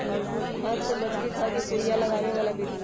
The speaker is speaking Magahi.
हाथ से मछरी ध कऽ कुरिया लगाबे बला विधि